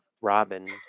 Robin